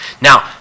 Now